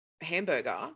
hamburger